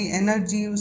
energy